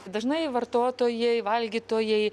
dažnai vartotojai valgytojai